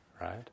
right